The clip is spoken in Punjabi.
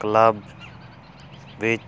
ਕਲੱਬ ਵਿੱਚ